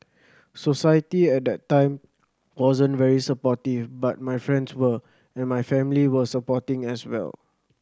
society at that time wasn't very supportive but my friends were and my family were supporting as well